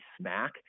smack